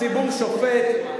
הציבור שופט,